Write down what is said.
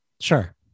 Sure